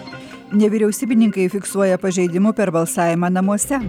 nevyriausybininkai fiksuoja pažeidimų per balsavimą namuose